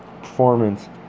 performance